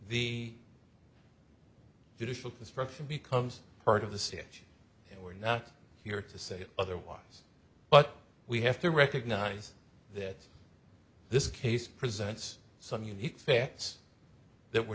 the judicial construction becomes part of the stage and we're not here to say otherwise but we have to recognize that this case presents some unique facts that were